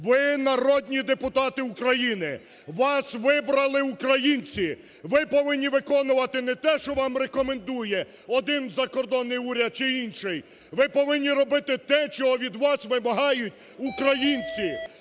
Ви – народні депутати України, вас вибрали українці. Ви повинні виконувати не те, що вам рекомендує один закордонний уряд чи інший, ви повинні робити те, чого від вас вимагають українці.